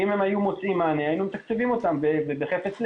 ואם הם היו מוצאים מענה אז היינו מתקצבים אותם בחפץ לב.